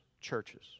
churches